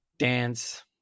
dance